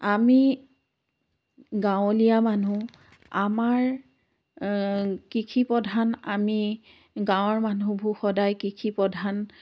আমি গাঁৱলীয়া মানুহ আমাৰ কৃষি প্ৰধান আমি গাঁৱৰ মানুহবোৰ সদায় কৃষি প্ৰধান